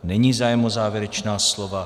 Není zájem o závěrečná slova.